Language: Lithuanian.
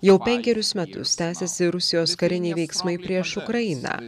jau penkerius metus tęsiasi rusijos kariniai veiksmai prieš ukrainą